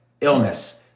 illness